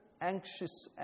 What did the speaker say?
anxious